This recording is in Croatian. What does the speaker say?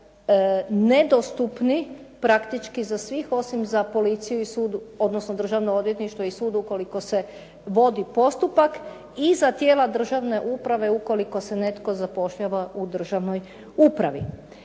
nedostupni praktički za svih osim za policiju i sud, odnosno državno odvjetništvo i sud ukoliko se vodi postupak i za tijela državne uprave ukoliko se netko zapošljava u državnoj upravi.